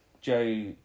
Joe